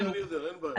אני יודע, אין בעיה.